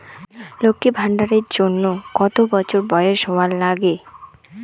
লক্ষী ভান্ডার এর জন্যে কতো বছর বয়স হওয়া লাগে?